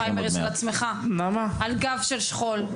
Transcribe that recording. אתה כנראה גם בפריימריז של עצמך על הגב של השכול.